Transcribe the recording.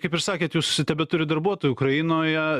kaip ir sakėt jūs tebeturit darbuotojų ukrainoje